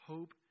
Hope